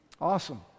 Awesome